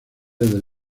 del